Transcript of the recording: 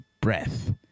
breath